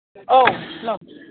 औ हेल'